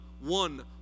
one